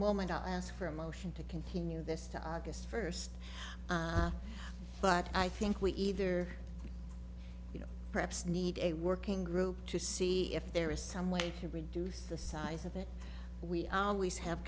moment i'll ask for a motion to continue this to august first but i think we either you know perhaps need a working group to see if there is some way to reduce the size of it we always have